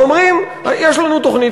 ואומרים: יש לנו תוכנית,